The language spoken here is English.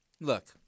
Look